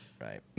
right